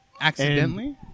accidentally